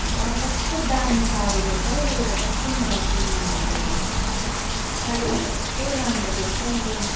वाह कस्तो दामी साडी रहेछ हो यो त कस्तो मलाई किन्नु मन पऱ्यो साडीलाई त कस्तो राम्रो देख्छ नि